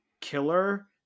killer